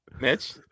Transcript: Mitch